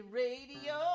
radio